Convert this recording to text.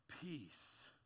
Peace